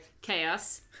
chaos